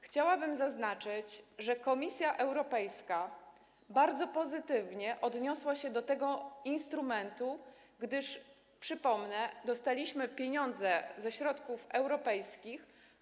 Chciałabym zaznaczyć, że Komisja Europejska bardzo pozytywnie odniosła się do tego instrumentu, gdyż - przypomnę - dostaliśmy pieniądze ze środków europejskich.